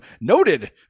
noted